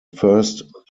first